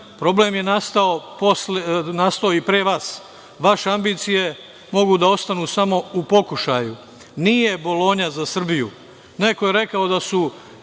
Problem je nastao i pre vas. Vaše ambicije mogu da ostanu samo u pokušaju. Nije Bolonja za Srbiju. Neko je rekao da su